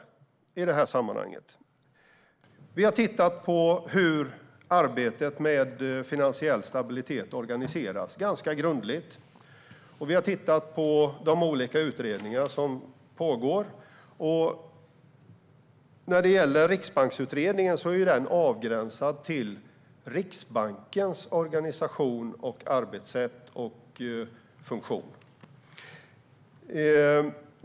Vi har ganska grundligt tittat på hur arbetet med finansiell stabilitet organiseras. Vi har också tittat på de olika utredningar som pågår. Riksbanksutredningen är ju avgränsad till Riksbankens organisation, arbetssätt och funktion.